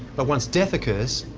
but once death occurs,